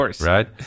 right